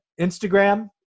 Instagram